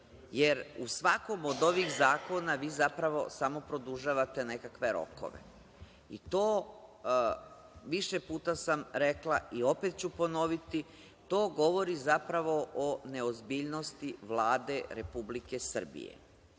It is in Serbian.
jer u svakom od ovih zakona vi zapravo samo produžavate nekakve rokove. Više puta sam rekla i opet ću ponoviti, to govori zapravo o neozbiljnosti Vlade Republike